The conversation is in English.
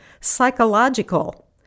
psychological